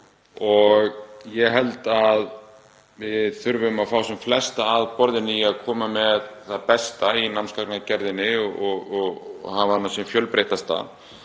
Ég held að við þurfum að fá sem flesta að borðinu til að koma með það besta í námsgagnagerðinni og hafa hana sem fjölbreyttasta.